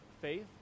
faith